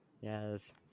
yes